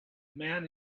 man